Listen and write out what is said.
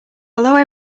although